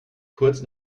kurz